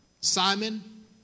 Simon